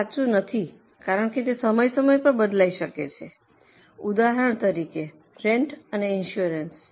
તે સાચું નથી કારણ કે તે સમય સમય પર બદલાઈ શકે છે ઉદાહરણ તરીકે રેન્ટ અને ઈન્સુરન્સ